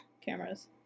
cameras